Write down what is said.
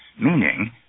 meaning